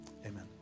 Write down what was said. amen